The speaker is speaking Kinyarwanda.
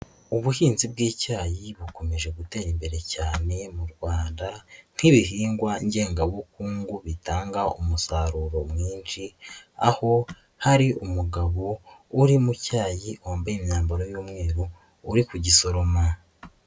Ubuhinzi bw'icyayi bukomeje gutera imbere cyane mu Rwanda nk'ibihingwa ngengabukungu bitanga umusaruro mwinshi aho hari umugabo uri mu cyayi wambaye imyambaro y'umweru uri kugisoroma.